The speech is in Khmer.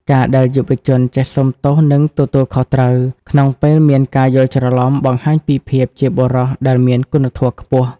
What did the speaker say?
ការដែលយុវជនចេះ "សុំទោស និងទទួលខុសត្រូវ" ក្នុងពេលមានការយល់ច្រឡំ បង្ហាញពីភាពជាបុរសដែលមានគុណធម៌ខ្ពស់។